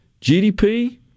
GDP